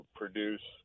produce